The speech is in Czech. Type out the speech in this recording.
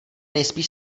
nejspíš